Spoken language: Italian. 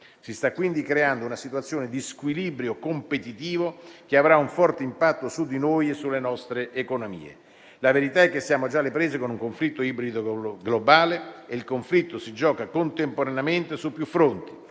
Si sta quindi creando una situazione di squilibrio competitivo che avrà un forte impatto su di noi e sulle nostre economie. La verità è che siamo già alle prese con un conflitto ibrido globale e il conflitto si gioca contemporaneamente su più fronti